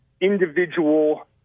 individual